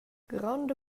gronda